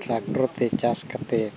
tractor ᱛᱮ ᱪᱟᱥ ᱠᱟᱛᱮᱫ